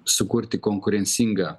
sukurti konkurencingą